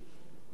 ושימו לב,